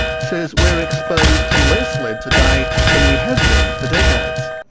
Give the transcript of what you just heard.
says we're exposed to less lead today than we have been for decades.